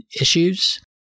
issues